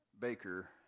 baker